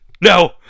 No